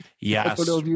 Yes